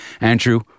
Andrew